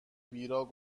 بیراه